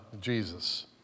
Jesus